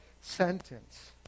sentence